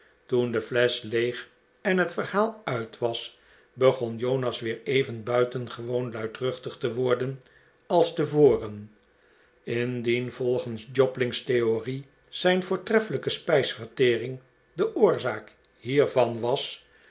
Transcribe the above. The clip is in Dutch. toen de flesch leeg en het verhaal uit was begon jonas weer even buitengewoon luidruchtig te worden als tevoren indien volgens jobling's theorie zijn voortreffelijke spijsvertering de oorzaak hiervan was